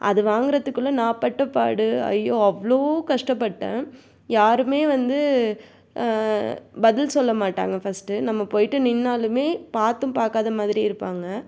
அது வாங்குறத்துக்குள்ளே நான் பட்டப்பாடு ஐயோ அவ்ளோவு கஷ்டப்பட்டேன் யாருமே வந்து பதில் சொல்ல மாட்டாங்க ஃபர்ஸ்ட்டு நம்ம போயிட்டு நின்றாலுமே பார்த்தும் பார்க்காத மாதிரி இருப்பாங்க